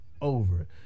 over